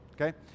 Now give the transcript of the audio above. okay